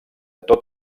tot